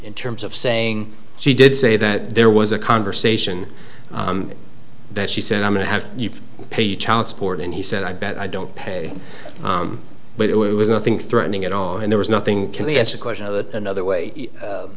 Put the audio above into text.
in terms of saying she did say that there was a conversation that she said i'm going to have to pay child support and he said i bet i don't pay but it was nothing threatening at all and there was nothing can we ask a question of it another way